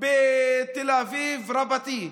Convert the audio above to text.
בתל אביב רבתי,